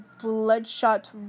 bloodshot